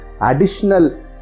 additional